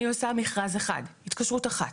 אני עושה מכרז אחד, התקשרות אחת.